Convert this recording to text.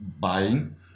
buying